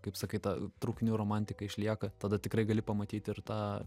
kaip sakai ta traukinių romantika išlieka tada tikrai gali pamatyt ir tą